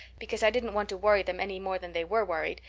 because i didn't want to worry them any more than they were worried,